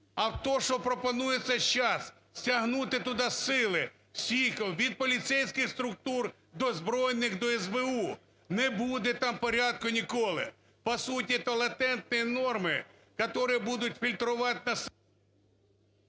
А то, що пропонується счас стягнути туди сили всіх – від поліцейських структур до збройних, до СБУ – не буде там порядку ніколи. По суті то латентні норми, які будуть фільтрувати… ГОЛОВУЮЧИЙ.